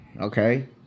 Okay